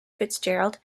fitzgerald